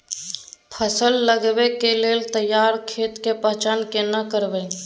फसल लगबै के लेल तैयार खेत के पहचान केना करबै?